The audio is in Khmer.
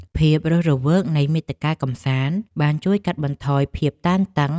ភាពរស់រវើកនៃមាតិកាកម្សាន្តបានជួយកាត់បន្ថយភាពតានតឹងនិងនាំមកនូវស្នាមញញឹមដល់ប្រជាជនកម្ពុជាយើង។